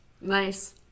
nice